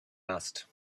asked